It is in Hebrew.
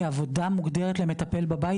כי העבודה המוגדרת למטפל בבית,